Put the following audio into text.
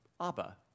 Abba